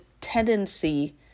tendency